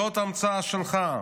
זאת המצאה שלך,